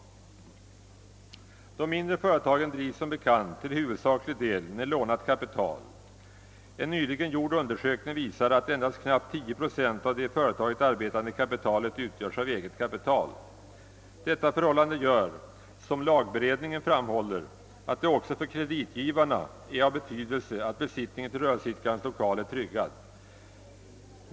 De mindre företagen drivs som bekant till huvudsaklig del med lånat kapital — en nyligen gjord undersökning visar, att endast knappt 10 procent av det i företaget arbetande kapitalet utgörs av eget kapital. Detta förhållande gör, som lagberedningen framhåller, att det också för kreditgivarna är av betydelse att besittningen till rörelseidkarens lokal är tryggad.